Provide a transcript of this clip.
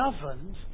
governed